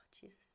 Jesus